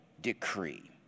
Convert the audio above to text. decree